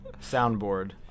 soundboard